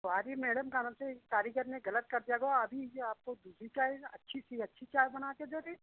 sorry madam का नौ से कारीगर ने गलत कर दिया होगा अभी भी आपको दूसरी चाय अच्छी सी चाय बना के दे दें